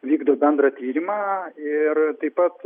vykdo bendrą tyrimą ir taip pat